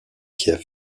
kiev